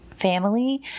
family